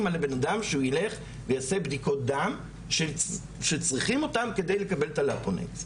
על הבן-אדם שהוא יילך ויעשה בדיקות דם כדי לקבל את התרופה.